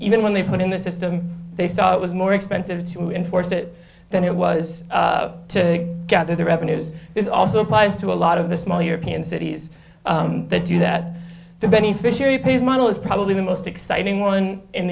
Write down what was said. even when they put in the system they saw it was more expensive to enforce it than it was to gather the revenues this also applies to a lot of the small european cities that do that the beneficiary pays model is probably the most exciting one in